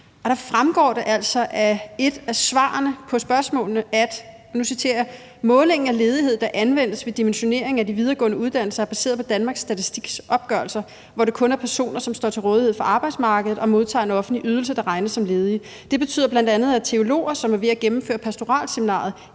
Der fremgår det altså af et af svarene på spørgsmålene: »Målingen af ledighed, der anvendes ved dimensionering af de videregående uddannelser, er baseret på Danmarks Statistiks opgørelser, hvor det kun er personer, som står til rådighed for arbejdsmarkedet og modtager en offentlig ydelse, der regnes som ledige. Det betyder bl.a., at teologer, som er ved at gennemføre pastoralseminaret,